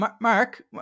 Mark